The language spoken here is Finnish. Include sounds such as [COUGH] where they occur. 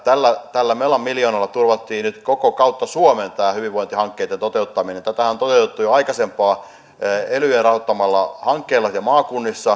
tällä mela miljoonalla turvattiin nyt kautta koko suomen näiden hyvinvointihankkeitten toteuttaminen tätähän on toteutettu jo aikaisemmin elyjen rahoittamalla hankkeella ja maakunnissa [UNINTELLIGIBLE]